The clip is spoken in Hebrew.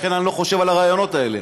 לכן אני לא חושב על הרעיונות האלה.